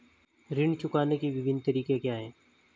ऋण चुकाने के विभिन्न तरीके क्या हैं?